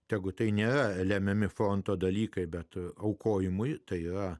tegu tai ne lemiami fronto dalykai bet aukojimui tai yra